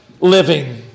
living